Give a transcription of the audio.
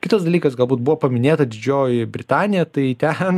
kitas dalykas galbūt buvo paminėta didžioji britanija tai ten